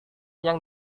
yang